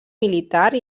militar